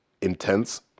Intense